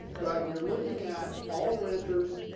but you're looking at all renters.